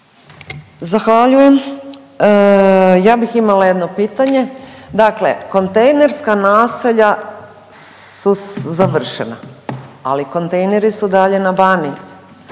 Zahvaljujem. Ja bih imala jedno pitanje. Dakle, kontejnerska naselja su završena, ali kontejneri su i dalje na Baniji.